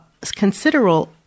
considerable